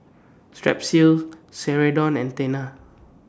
Strepsils Ceradan and Tena